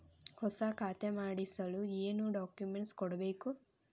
ಹೊಸ ಖಾತೆ ಮಾಡಿಸಲು ಏನು ಡಾಕುಮೆಂಟ್ಸ್ ಕೊಡಬೇಕು?